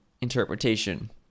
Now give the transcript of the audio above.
interpretation